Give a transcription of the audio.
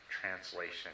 translation